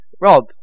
Rob